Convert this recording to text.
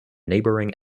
neighboring